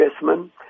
investment